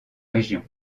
région